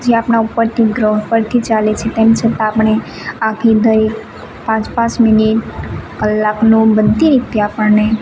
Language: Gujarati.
જે આપણા ઉપરથી ગ્રહ પરથી ચાલે છે તેમ છતાં આપણે આખી દઈ પાંચ પાંચ મિનિટ કલાકનું બધી રીતે આપણને